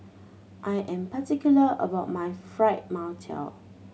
I am particular about my Fried Mantou